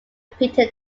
peter